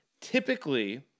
Typically